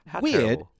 weird